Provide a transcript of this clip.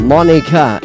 Monica